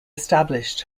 established